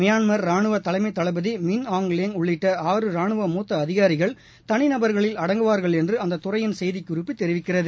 மியான்ம் ரானுவ தலைமை தளபதி மின் ஆங் வேங் உள்ளிட்ட ஆறு ரானுவ மூத்த அதிகாரிகள் தனி நபர்களில் அடங்குவார்கள் என்று அந்த துறையின் செய்திக்குறிப்பு தெரிவிக்கிறது